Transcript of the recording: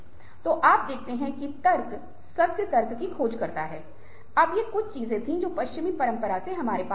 तो आप देखते हैं कि तर्क सत्य तर्क की खोज करते हैं अब ये कुछ चीजें थीं जो पश्चिमी परंपरा में हमारे पास आ गई हैं